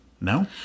No